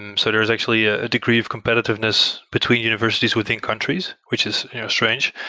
and so there is actually a degree of competitiveness between universities within countries, which is strange.